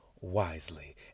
wisely